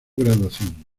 graduación